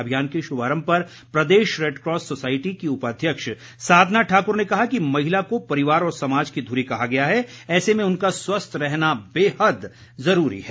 अभियान के शुभारम्भ पर प्रदेश रेडक्रॉस सोसायटी की उपाध्यक्ष साधना ठाकुर ने कहा कि महिला को परिवार और समाज की धुरी कहा गया है ऐसे में उनका स्वस्थ रहना बेहद ज़रूरी है